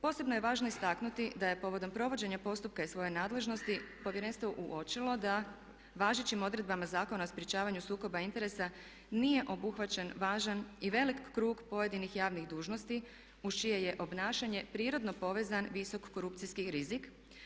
Posebno je važno istaknuti da je povodom provođenja postupka iz svoje nadležnosti Povjerenstvo uočilo da važećim odredbama Zakona o sprječavanju sukoba interesa nije obuhvaćen važan i velik krug pojedinih javnih dužnosti uz čije je obnašanje prirodno povezan visok korupcijski rizik.